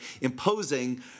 imposing